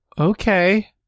Okay